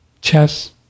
chess